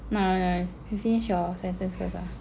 no no you finish your sentence first ah